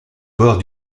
bord